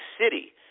City